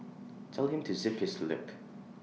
tell him to zip his lip